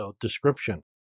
description